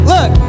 Look